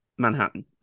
Manhattan